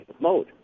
mode